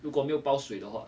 如果没有包水的话